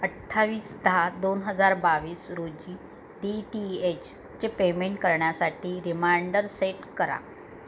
अठ्ठावीस दहा दोन हजार बावीस रोजी डी टी एचचे पेमेंट करण्यासाठी रिमाइंडर सेट करा